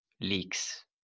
leaks